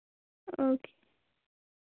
okay